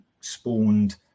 spawned